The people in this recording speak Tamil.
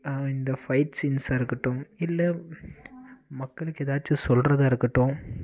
இந்த ஃபைட் சீன்ஸாக இருக்கட்டும் இல்லை மக்களுக்கு எதாச்சும் சொல்கிறதா இருக்கட்டும்